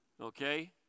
okay